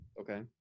Okay